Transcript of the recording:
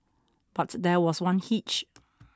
but there was one hitch